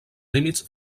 límits